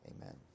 amen